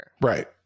Right